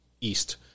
east